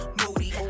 moody